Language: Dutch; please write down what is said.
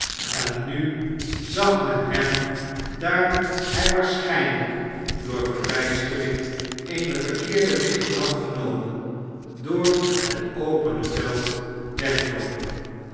en nu zag men hem daar hij waarschijnlijk door verbijstering eene verkeerde richting had genomen door het opene veld wegloopen